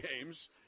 games